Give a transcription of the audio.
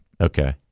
Okay